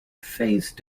phase